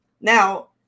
Now